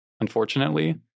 unfortunately